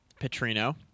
Petrino